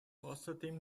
außerdem